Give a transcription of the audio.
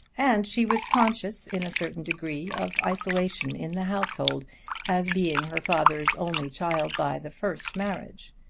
and she was conscious in a certain degree of isolation in the household as being her father's only child by the first marriage.